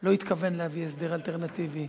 לא התכוון להביא הסדר אלטרנטיבי.